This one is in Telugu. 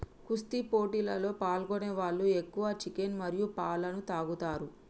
కుస్తీ పోటీలలో పాల్గొనే వాళ్ళు ఎక్కువ చికెన్ మరియు పాలన తాగుతారు